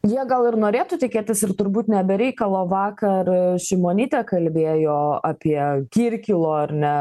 jie gal ir norėtų tikėtis ir turbūt ne be reikalo vakar šimonytė kalbėjo apie kirkilo ar ne